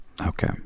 Okay